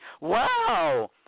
Wow